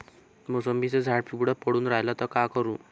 मोसंबीचं झाड पिवळं पडून रायलं त का करू?